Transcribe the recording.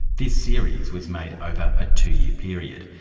this series was made over a two-year period,